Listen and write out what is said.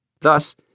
Thus